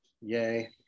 yay